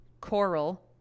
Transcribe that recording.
Coral